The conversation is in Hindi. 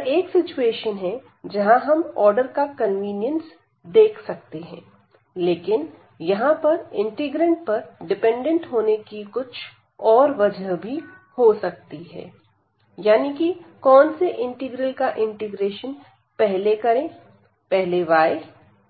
यह एक सिचुएशन है जहां हम ऑर्डर का कन्वीनियंस देख सकते हैं लेकिन यहां पर इंटीग्रैंड पर डिपेंडेंट होने की कुछ और वजह भी हो सकती हैं यानी कि कौन से इंटीग्रल का इंटीग्रेशन पहले y